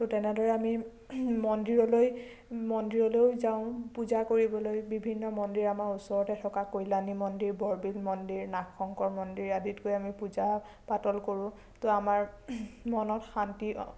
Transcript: ত তেনেদৰে আমি মন্দিৰলৈ মন্দিৰলৈ যাওঁ পূজা কৰিবলৈ বিভিন্ন মন্দিৰ আমাৰ ওচৰতে থকা কল্যাণ মন্দিৰ বৰবিল মন্দিৰ নাগশংকৰ মন্দিৰ আদিত গৈ আমি পূজা পাতল কৰো ত আমাৰ মনত শান্তি